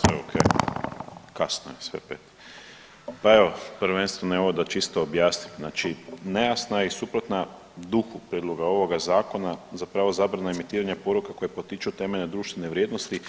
sve ok, kasno je sve 5. Pa evo prvenstveno evo da čisto objasnim znači nejasna je i suprotna duhu prijedloga ovog zakona zapravo zabrana emitiranja poruka koje potiču temeljne društvene vrijednosti